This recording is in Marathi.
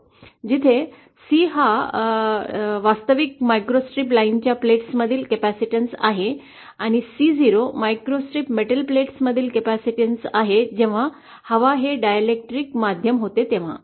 जिथे C हा वास्तविक मायक्रोस्ट्रिप लाइनच्या प्लेट्समधील कॅपेसिटन्स आहे आणि C0 मायक्रोस्ट्रिप मेटल प्लेट्समधील कॅपेसिटन्स आहे हवा हे डायलेक्ट्रिक माध्यम होते तेव्हा